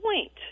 point